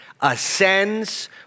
ascends